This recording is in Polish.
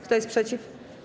Kto jest przeciw?